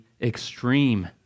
extreme